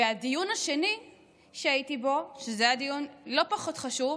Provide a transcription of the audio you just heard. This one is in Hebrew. הדיון השני שהייתי בו, שהיה דיון לא פחות חשוב,